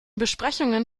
besprechungen